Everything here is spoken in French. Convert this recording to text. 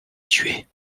tuait